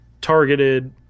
targeted